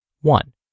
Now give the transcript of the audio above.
One